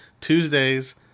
tuesdays